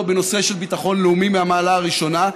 בנושא של ביטחון לאומי מהמעלה הראשונה.